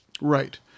Right